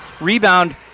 rebound